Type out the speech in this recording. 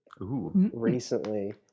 recently